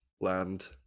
land